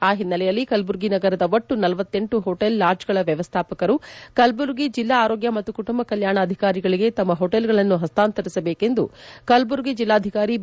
ಆ ಹಿನ್ನೆಲೆಯಲ್ಲಿ ಕಲಬುರಗಿ ನಗರದ ಒಟ್ಟು ಳಲ ಹೊಟೇಲ್ಲಾಡ್ಡಗಳ ವ್ಯವಸ್ಥಾಪಕರು ಕಲಬುರಗಿ ಜಿಲ್ಲಾ ಆರೋಗ್ಯ ಮತ್ತು ಕುಟುಂಬ ಕಲ್ಯಾಣ ಅಧಿಕಾರಿಗಳಿಗೆ ತಮ್ಮ ಹೊಟೇಲ್ಗಳನ್ನು ಹಸ್ತಾಂತರಿಸಬೇಕೆಂದು ಕಲಬುರಗಿ ಜಿಲ್ಲಾಧಿಕಾರಿ ಬಿ